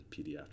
pediatrics